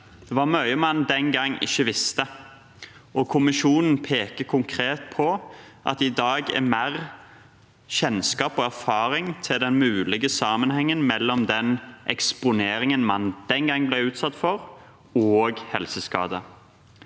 Det var mye man den gang ikke visste, og kommisjonen peker konkret på at det i dag er mer kjennskap til og erfaring med den mulige sammenhengen mellom eksponeringen man den gang ble utsatt for, og helseskade.